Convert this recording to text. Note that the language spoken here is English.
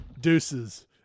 deuces